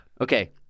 okay